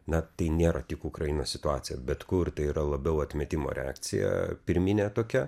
na tai nėra tik ukrainos situacija bet kur tai yra labiau atmetimo reakcija pirminė tokia